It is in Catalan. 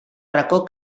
racó